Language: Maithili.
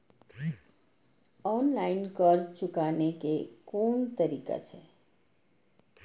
ऑनलाईन कर्ज चुकाने के कोन तरीका छै?